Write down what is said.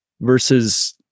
versus